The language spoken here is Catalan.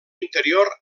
interior